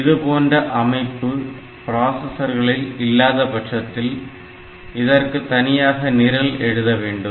இது போன்ற அமைப்பு பிராசஸரில் இல்லாதபட்சத்தில் இதற்கு தனியாக நிரல் எழுத வேண்டும்